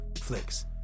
flicks